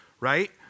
right